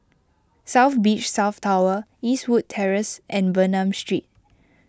South Beach South Tower Eastwood Terrace and Bernam Street